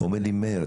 הוא אומר לי מאיר,